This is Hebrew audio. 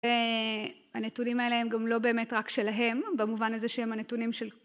הנתונים האלה הם גם לא באמת רק שלהם במובן הזה שהם הנתונים של...